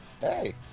Hey